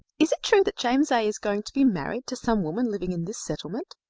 is it true that james a. is going to be married to some woman living in this settlement?